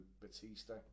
Batista